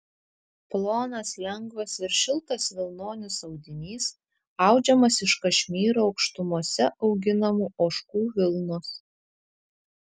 plonas lengvas ir šiltas vilnonis audinys audžiamas iš kašmyro aukštumose auginamų ožkų vilnos